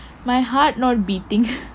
my heart not beating